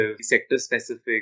sector-specific